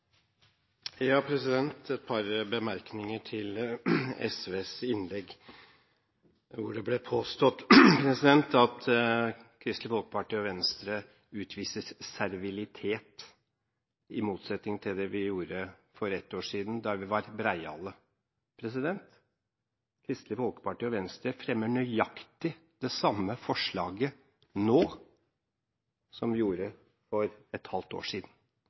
Et par bemerkninger til SVs innlegg, hvor det ble påstått at Kristelig Folkeparti og Venstre utviser «servilitet», i motsetning til det vi gjorde for ett år siden, da vi var «breiale». Kristelig Folkeparti og Venstre fremmer nøyaktig det samme forslaget nå som vi gjorde for et halvt år siden.